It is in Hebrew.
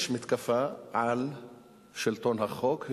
יש מתקפה על שלטון החוק,